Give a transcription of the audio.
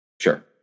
Sure